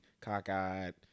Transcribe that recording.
cockeyed